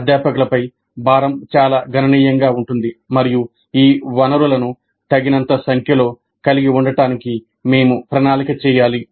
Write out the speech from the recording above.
అధ్యాపకులపై భారం చాలా గణనీయంగా ఉంటుంది మరియు ఈ వనరులను తగినంత సంఖ్యలో కలిగి ఉండటానికి మేము ప్రణాళిక చేయాలి